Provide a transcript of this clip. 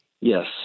Yes